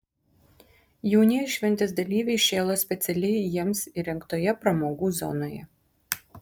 jaunieji šventės dalyviai šėlo specialiai jiems įrengtoje pramogų zonoje